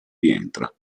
rientra